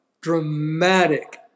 dramatic